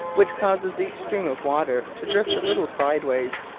which causes each stream of water to drift a little sidewards,